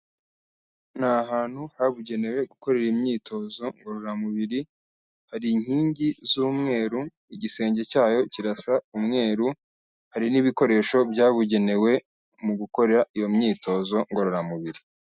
Ni ahantu habugenewe gukorera imyitozo ngororamubiri, hari inkingi z'umweru, igisenge cyayo kirasa umweru, hari n'ibikoresho byabugenewe mu gukora iyo myitozo ngororamubiri.